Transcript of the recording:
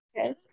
Okay